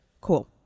cool